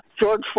George